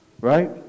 Right